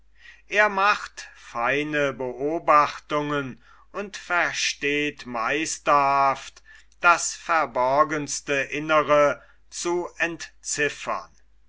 er macht seine beobachtungen und versteht meisterhaft das verborgenste innere zu entziffern